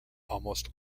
almost